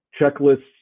checklists